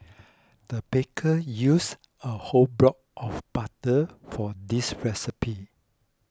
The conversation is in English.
the baker used a whole block of butter for this recipe